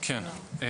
סיימנו?